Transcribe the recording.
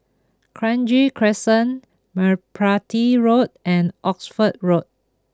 Kranji Crescent Merpati Road and Oxford Road